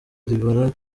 ribara